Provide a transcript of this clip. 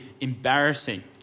embarrassing